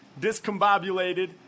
discombobulated